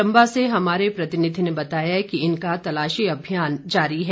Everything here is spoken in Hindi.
चंबा से हमारे प्रतिनिधि ने बताया कि इनका तलाशी अभियान जारी है